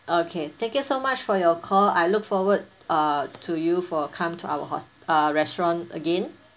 okay thank you so much for your call I look forward uh to you for come to our ho~ uh restaurant again